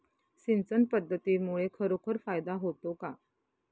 सिंचन पद्धतीमुळे खरोखर फायदा होतो का?